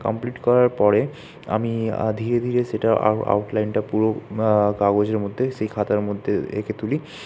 complete করার পরে আমি ধীরে ধীরে সেটার আউট আউটলাইনটা পুরো কাগজের মধ্যে সেই খাতার মধ্যে এঁকে তুলি